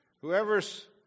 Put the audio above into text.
Whoever's